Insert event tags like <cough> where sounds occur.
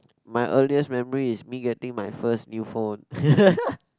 my earliest memory is me getting my first new phone <laughs>